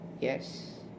yes